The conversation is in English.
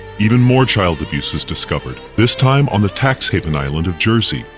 even more child abuse is discovered, this time on the tax haven island of jersey,